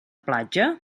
platja